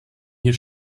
hier